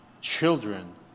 children